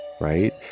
right